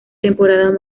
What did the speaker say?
temporadas